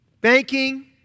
Banking